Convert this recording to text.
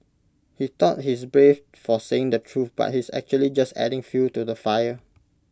he thought he's brave for saying the truth but he's actually just adding fuel to the fire